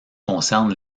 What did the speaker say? concerne